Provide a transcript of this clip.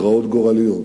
הכרעות גורליות,